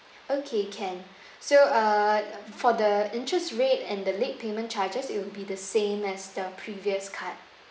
okay can so uh for the interest rate and the late payment charges it will be the same as the previous card